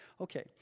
Okay